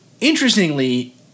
interestingly